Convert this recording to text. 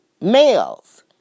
males